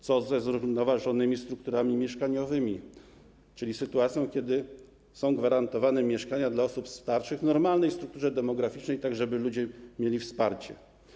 Co ze zrównoważonymi strukturami mieszkaniowymi, czyli sytuacją, kiedy są gwarantowane mieszkania dla osób starszych w normalnej strukturze demograficznej, tak żeby ludzie mieli wsparcie?